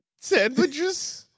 sandwiches